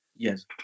Yes